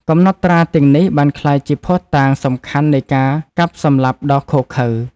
កំណត់ត្រាទាំងនេះបានក្លាយជាភស្តុតាងសំខាន់នៃការកាប់សម្លាប់ដ៏ឃោរឃៅ។